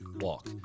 walk